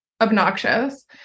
obnoxious